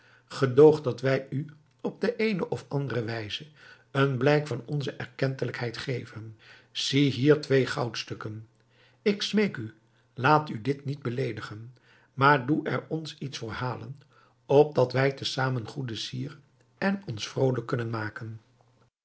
gedoog dat wij u op de eene of andere wijze een blijk van onze erkentelijkheid geven zie hier twee goudstukken ik smeek u laat u dit niet beleedigen maar doe er ons iets voor halen opdat wij te zamen goede sier en ons vrolijk kunnen maken